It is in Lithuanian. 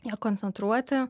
ją koncentruoti